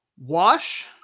wash